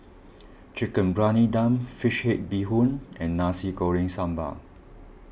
Chicken Briyani Dum Fish Head Bee Hoon and Nasi Goreng Sambal